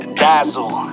dazzle